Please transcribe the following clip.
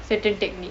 certain technique